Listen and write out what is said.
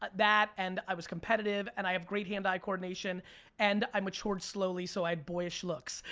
but that and i was competitive and i have great hand eye coordination and i matured slowly so i had boyish looks.